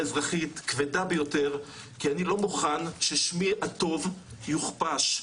אזרחית כבדה ביותר כי אני לא מוכן ששמי הטוב יוכפש.